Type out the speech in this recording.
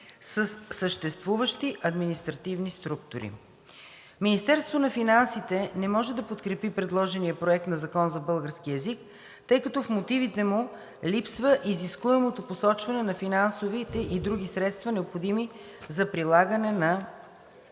със съществуващи административни структури. Министерството на финансите не може да подкрепи предложения проект на Закон за българския език, тъй като в мотивите му липсва изискуемото посочване на финансовите и други средства, необходими за прилагането на